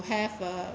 have a